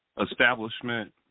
establishment